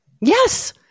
Yes